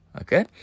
okay